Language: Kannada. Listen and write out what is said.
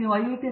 ಪ್ರೊಫೆಸರ್